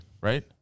right